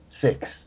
six